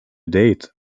date